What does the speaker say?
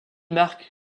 marc